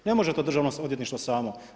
Ne može to državno odvjetništvo samo.